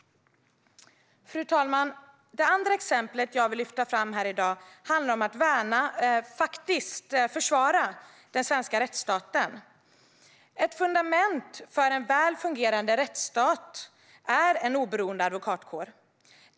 Fru talman! Det andra exemplet som jag vill lyfta fram här i dag handlar om att värna, och faktiskt försvara, den svenska rättsstaten. Ett fundament för en väl fungerande rättsstat är en oberoende advokatkår.